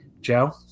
Joe